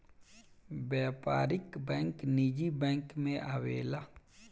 व्यापारिक बैंक निजी बैंक मे आवेला